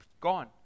gone